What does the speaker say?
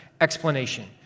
explanation